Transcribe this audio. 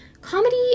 comedy